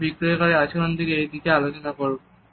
আমরা বিক্রয়কারীর আচরণের এই দিকটি আলোচনা করব